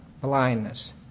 blindness